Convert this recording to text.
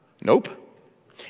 Nope